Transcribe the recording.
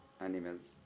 animals